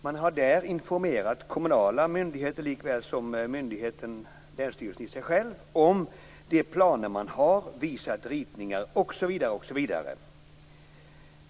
Man har där informerat kommunala myndigheter liksom själva länsstyrelsen om de planer man har. Man har visat ritningar osv.